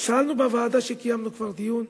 אז שאלנו בוועדה, וקיימנו כבר דיון,